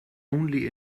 only